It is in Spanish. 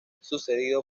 sucedido